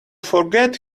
forget